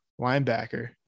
linebacker